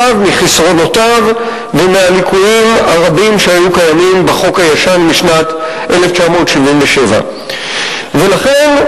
מחסרונותיו ומהליקויים הרבים שהיו קיימים בחוק הישן משנת 1997. לכן,